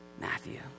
Matthew